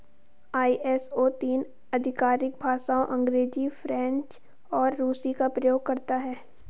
ISO तीन आधिकारिक भाषाओं अंग्रेजी, फ्रेंच और रूसी का प्रयोग करता है